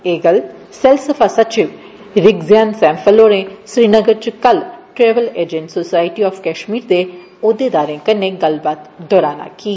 एह् गल्ल सैलसफा सचिव रिगजिन सेमफल होरें श्रीनगर च कल travel agent society of Kashmir दे औहदेदारें कन्नै गल्लबात दौरान आक्खी